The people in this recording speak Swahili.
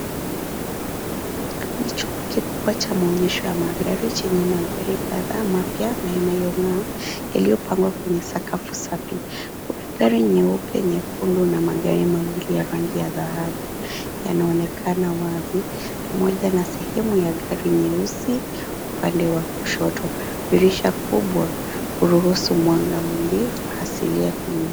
Ni chumba kikubwa cha maonyesho ya magari chenye magari kadhaa na inayong'aa yaliyopangwa kwenye sakafu safi. Mandhari nyeupe, nyekundu na vigae nyingi ya rangi ya dhahabu yanaonekana wazi pamoja na sehemu ya gari nyeusi upande wa kushoto. Dirisha kubwa huruhusu mwanga mwingi wa asilia kuingia.